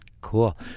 Cool